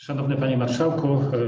Szanowny Panie Marszałku!